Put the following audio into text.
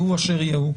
יהיו אשר יהיו.